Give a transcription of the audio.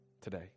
today